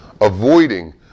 avoiding